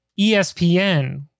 ESPN